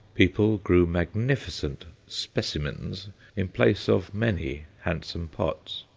people grew magnificent specimens in place of many handsome pots.